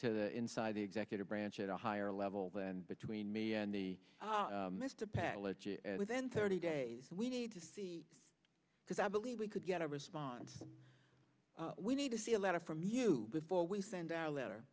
to the inside the executive branch at a higher level than between me and the mr palliser within thirty days we need to see because i believe we could get a response we need to see a letter from you before we send our letter